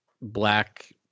black